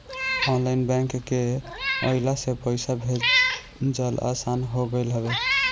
online bank के अइला से पईसा भेजल आसान हो गईल हवे